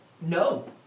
No